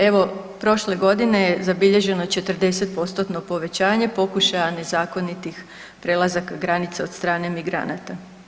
Evo prošle godine je zabilježeno 40% povećanje pokušaja nezakonitih prelazaka granica od strane migranata.